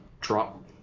drop